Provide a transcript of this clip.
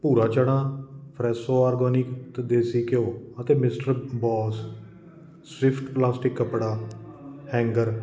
ਭੂਰਾ ਚਨਾ Fresho organic ਦੇਸੀ ਘਿਓ ਅਤੇ ਮਿਸਟਰ ਬੋਸ ਸਿਫਟ ਪਲਾਸਟਿਕ ਕੱਪੜਾ ਹੈਂਗਰ